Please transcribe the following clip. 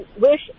wish